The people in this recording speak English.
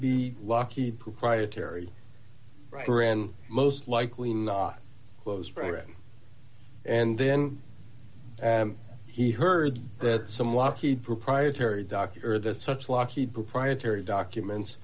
be lucky proprietary most likely not close friend and then he heard that some lockheed proprietary doctor or the such lockheed proprietary documents